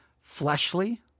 fleshly